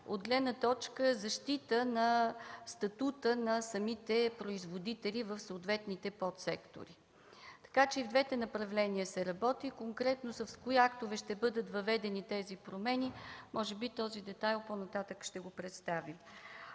от гледна точка защита на статута на самите производители в съответните подсектори. Така че и в двете направления се работи. Конкретно с кои актове ще бъдат въведени тези промени – може би този детайл по-нататък ще го представим.